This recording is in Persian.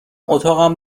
اتاقم